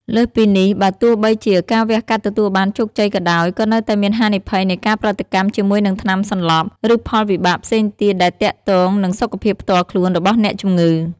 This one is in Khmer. លើសពីនេះ បើទោះបីជាការវះកាត់ទទួលបានជោគជ័យក៏ដោយ ក៏នៅតែមានហានិភ័យនៃការប្រតិកម្មជាមួយនឹងថ្នាំសន្លប់ ឬផលវិបាកផ្សេងទៀតដែលទាក់ទងនឹងសុខភាពផ្ទាល់ខ្លួនរបស់អ្នកជំងឺ។